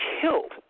killed